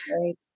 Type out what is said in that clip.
Right